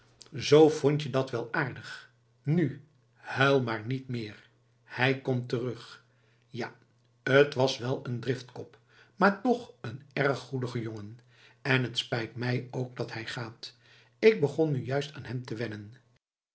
zoo vond je dat wel aardig nu huil maar niet meer hij komt terug ja t was wel een driftkop maar toch een erg goedige jongen en t spijt mij ook dat hij gaat ik begon nu juist aan hem te wennen